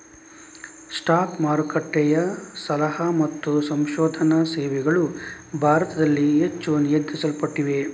stock ಮಾರುಕಟ್ಟೆಯ ಸಲಹಾ ಮತ್ತು ಸಂಶೋಧನಾ ಸೇವೆಗಳು ಭಾರತದಲ್ಲಿ ಹೆಚ್ಚು ನಿಯಂತ್ರಿಸಲ್ಪಡುತ್ತವೆ